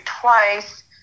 twice